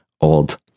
old